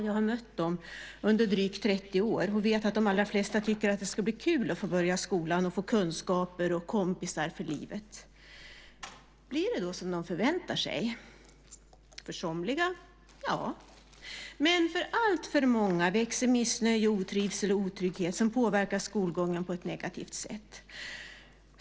Jag har mött dem under drygt 30 år och vet att de allra flesta tycker att det ska bli kul att få börja skolan och få kunskaper och kompisar för livet. Blir det då som de förväntar sig? Ja, för somliga, men för alltför många växer missnöje, otrivsel och otrygghet som påverkar skolgången på ett negativt sätt.